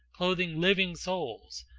clothing living souls,